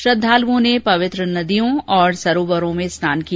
श्रद्धालुओं ने पवित्र नदियों और सरोवरों में स्नान किया